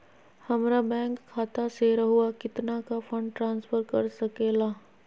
हमरा बैंक खाता से रहुआ कितना का फंड ट्रांसफर कर सके ला?